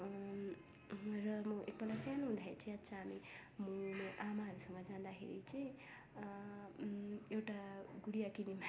र म एकपल्ट सानो हुँदाखेरि चाहिँ याद छ हामी म मेरो आमाहरूसँग जाँदाखेरि चाहिँ एउटा गुडिया किनिमागेको